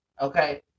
Okay